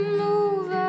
move